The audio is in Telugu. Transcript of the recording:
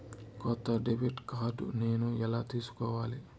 కొత్త డెబిట్ కార్డ్ నేను ఎలా తీసుకోవాలి?